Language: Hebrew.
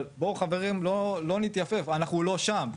אבל בואו חברים לא נתייפייף, אנחנו לא שם.